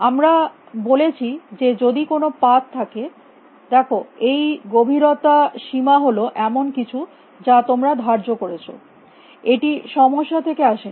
আমরা বলেছি যে যদি কোনো পাথ থাকে দেখো এই গভীরতা সীমা হল এমন কিছু যা তোমরা ধার্য করেছ এটি সমস্যা থেকে আসেনি